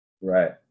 Right